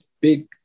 big